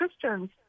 Christians